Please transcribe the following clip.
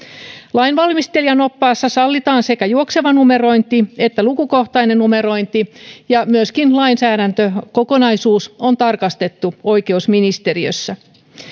lainvalmistelijan oppaassa sallitaan sekä juokseva numerointi että lukukohtainen numerointi myöskin lainsäädäntökokonaisuus on tarkastettu oikeusministeriössä